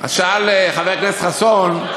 אז שאל חבר הכנסת חסון: